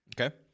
Okay